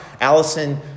Allison